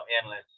endless